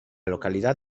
localidad